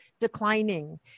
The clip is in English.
declining